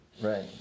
Right